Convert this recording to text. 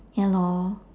ya lor